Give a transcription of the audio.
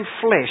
flesh